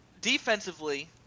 defensively